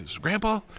Grandpa